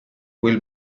quel